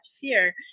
fear